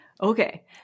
Okay